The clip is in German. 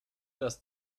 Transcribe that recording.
das